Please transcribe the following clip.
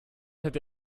hätte